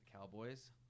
Cowboys